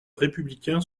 républicain